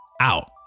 out